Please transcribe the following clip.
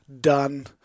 done